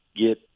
get